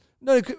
No